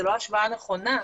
זו לא השוואה נכונה.